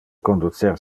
conducer